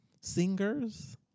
singers